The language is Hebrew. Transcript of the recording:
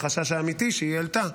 לחשש האמיתי שהיא העלתה,